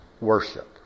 worship